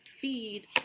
feed